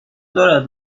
دارد